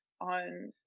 on